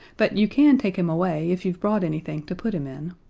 but you can take him away if you've brought anything to put him in.